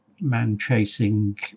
man-chasing